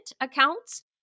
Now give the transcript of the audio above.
accounts